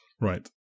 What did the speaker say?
right